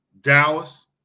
Dallas